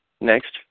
next